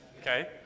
Okay